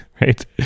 right